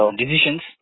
decisions